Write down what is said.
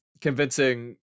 convincing